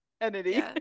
entity